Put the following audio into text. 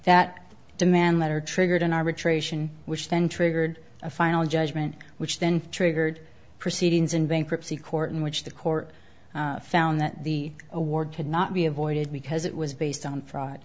that demand letter triggered an arbitration which then triggered a final judgment which then triggered proceedings in bankruptcy court in which the court found that the award could not be avoided because it was based on fraud